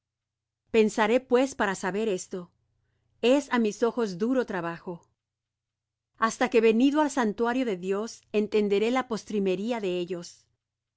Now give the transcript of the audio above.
pensaré pues para saber esto es á mis ojos duro trabajo hasta que venido al santuario de dios entenderé la postrimería de ellos